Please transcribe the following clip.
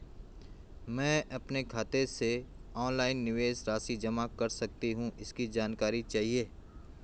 मैं अपने खाते से ऑनलाइन निवेश राशि जमा कर सकती हूँ इसकी जानकारी चाहिए?